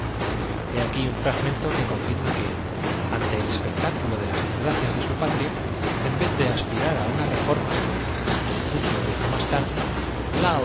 aquí un fragmento que confirma que ante el espectáculo de las desgracias de su patria en vez de as de invierno del año vigésimo segundo del reinado de pirar á una reforma como confucio lo hizo más tarde ling uan